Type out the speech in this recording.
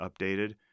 updated